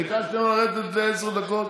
ביקשתי ממנו לרדת לפני כן לעשר דקות,